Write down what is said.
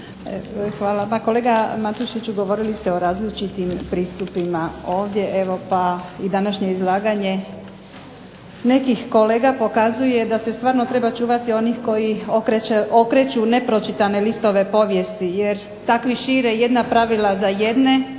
Hvala. Pa kolega Matušiću, govorili ste o različitim pristupima ovdje, pa i današnje izlaganje nekih kolega pokazuje da se stvarno treba čuvati onih koji okreću nepročitane listove povijesti, jer takvi šire jedna pravila za jedne,